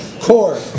Core